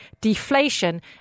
deflation